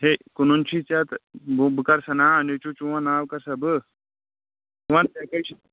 ہے کٕنُن چھُی ژےٚ تہٕ بہٕ کر سا ناو نیٚچوٗ چون تہٕ ناو کر سا بہٕ وون سا